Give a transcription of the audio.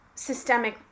systemic